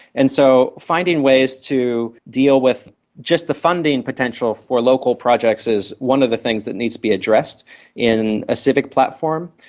and so finding ways to deal with just the funding potential for local projects is one of the things that needs to be addressed in a civic platform.